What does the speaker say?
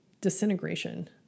disintegration